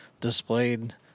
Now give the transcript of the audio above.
displayed